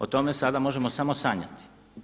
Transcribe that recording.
O tome sada možemo samo sanjati.